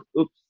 Oops